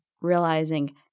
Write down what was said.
realizing